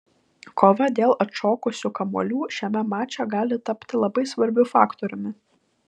kova dėl atšokusių kamuolių šiame mače gali tapti labai svarbiu faktoriumi